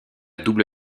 double